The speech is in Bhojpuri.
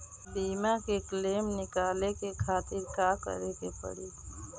बीमा के क्लेम निकाले के खातिर का करे के पड़ी?